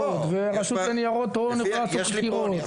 והרשות לניירות הון יכולה לעשות חקירות?